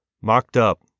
mocked-up